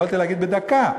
יכולתי להגיד בדקה,